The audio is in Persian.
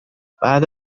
بعد